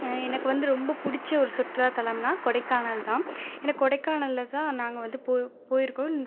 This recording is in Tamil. எனக்கு வந்து ரொம்ப பிடிச்ச ஒரு சுற்றுலா தலம்னால் கொடைக்கானல் தான் இந்த கொடைக்கானலில் தான் நாங்கள் வந்து போயிருக்கோம்